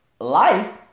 life